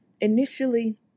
Initially